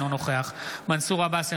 אינו נוכח מנסור עבאס,